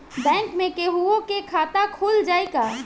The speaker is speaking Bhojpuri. बैंक में केहूओ के खाता खुल जाई का?